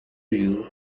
you